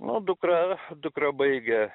o dukra dukra baigė